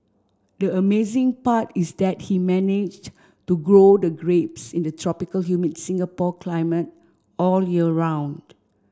the amazing part is that he managed to grow the grapes in the tropical humid Singapore climate all year round